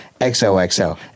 XOXO